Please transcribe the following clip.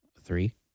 Three